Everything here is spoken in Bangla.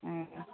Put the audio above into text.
হ্যাঁ